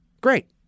Great